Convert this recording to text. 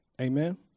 Amen